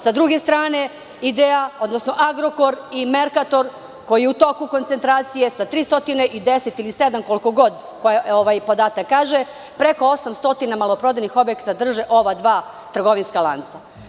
Sa druge strane je „Idea“, odnosno „Agrokor“ i „Merkator“ koji je u toku koncentracije sa 310 ili koliko god, preko 800 maloprodajnih objekata drže ova dva trgovinska lanca.